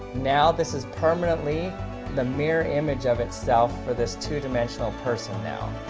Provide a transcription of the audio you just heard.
now this is permanently the mirror image of itself for this two-dimensional person now.